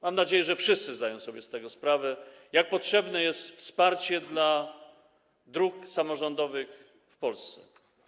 Mam nadzieję, że wszyscy zdają sobie z tego sprawę, jak potrzebne jest wsparcie dla dróg samorządowych w Polsce.